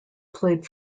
played